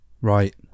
Right